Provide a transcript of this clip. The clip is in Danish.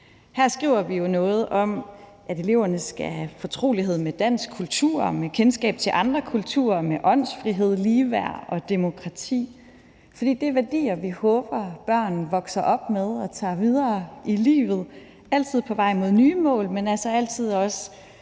Her skriver vi jo noget om, at eleverne skal have fortrolighed med dansk kultur og kendskab til andre kulturer, og at der skal være åndsfrihed, ligeværd og demokrati, for det er værdier, vi håber, at børn vokser op med og tager med videre i livet – altid på vej mod nye mål, men altså også